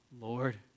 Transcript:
Lord